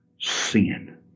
Sin